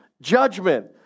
Judgment